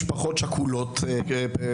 יש שם משפחות שכולות אמיתיות,